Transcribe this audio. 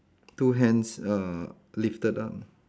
two hands err lifted up